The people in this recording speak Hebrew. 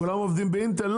כולם עובדים באינטל?